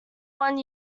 one